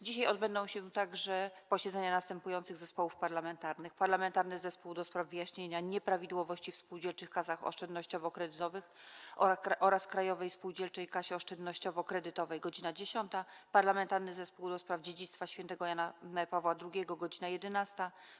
Dzisiaj odbędą się także posiedzenia następujących zespołów parlamentarnych: - Parlamentarnego Zespołu ds. wyjaśnienia nieprawidłowości w spółdzielczych kasach oszczędnościowo-kredytowych oraz Krajowej Spółdzielczej Kasie Oszczędnościowo-Kredytowej - godz. 10, - Parlamentarnego Zespołu ds. Dziedzictwa Świętego Jana Pawła II - godz. 11,